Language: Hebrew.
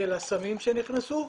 של הסמים שנכנסו.